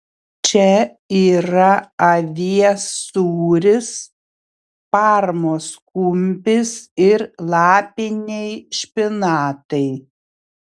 čia yra avies sūris parmos kumpis ir lapiniai špinatai